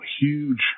huge